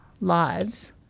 lives